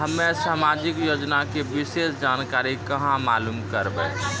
हम्मे समाजिक योजना के विशेष जानकारी कहाँ मालूम करबै?